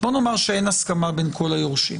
בוא נאמר שאין הסכמה בין כל היורשים